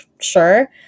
sure